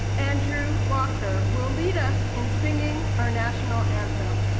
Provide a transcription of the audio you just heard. andrew walker, will lead us in singing our national anthem.